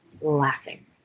laughing